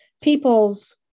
people's